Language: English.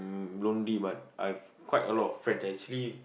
lonely but I've quite a lot of friends I actually